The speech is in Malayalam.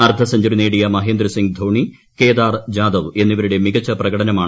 അർദ്ധ സെഞ്ചുറി ന്നേടിയ മഹേന്ദ്രസിംഗ് ധോണി കേദാർ ജാദവ് എന്നിവരുട്ടെ ്മികച്ച പ്രകടനമാണ്